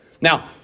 Now